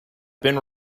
been